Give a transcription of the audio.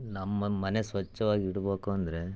ನಮ್ಮ ಮನೆ ಸ್ವಚ್ಛವಾಗಿಡ್ಬೇಕ್ ಅಂದರೆ